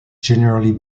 generally